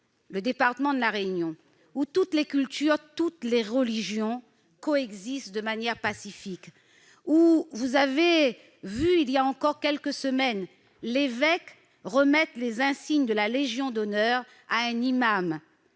le département de la Réunion, où toutes les cultures, toutes les religions, coexistent de manière pacifique. On a pu y voir, voilà quelques semaines, l'évêque remettre les insignes de la Légion d'honneur à un imam,